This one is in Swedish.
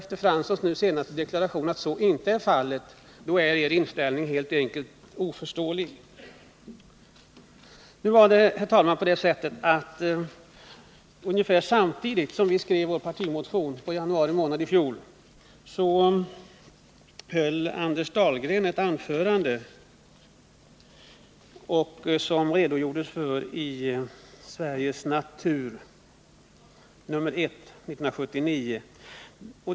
Efter herr Franssons senaste deklaration att detta inte är er mening blir er inställning helt enkelt oförståelig. Herr talman! Ungefär samtidigt som vi skrev vår partimotion, i januari i fjol, höll Anders Dahlgren ett anförande, som återgavs i tidskriften Sveriges Natur, 1979:1.